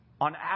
On